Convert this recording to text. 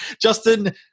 Justin